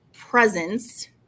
presence